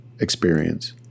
experience